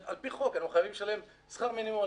על פי חוק, אנחנו חייבים לשלם שכר מינימום.